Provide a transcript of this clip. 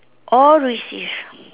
or received